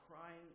crying